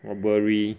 robbery